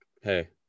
Hey